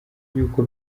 y’uko